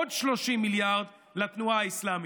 עוד 30 מיליארד לתנועה האסלאמית.